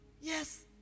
Yes